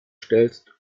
stellst